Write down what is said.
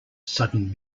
sudden